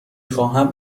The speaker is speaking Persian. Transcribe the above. خواهم